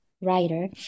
writer